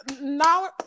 now